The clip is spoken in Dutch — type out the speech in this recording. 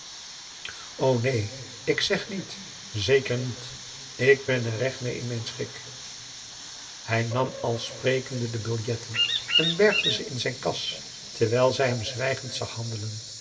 neen ik zeg niet zeker niet ik ben er recht mee in mijn schik hij nam al sprekende de biljetten en bergde ze in zijn kas terwijl zij hem zwijgend zag handelen